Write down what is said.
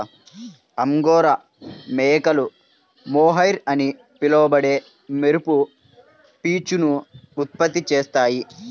angora మేకలు mohair అని పిలువబడే మెరుపు పీచును ఉత్పత్తి చేస్తాయి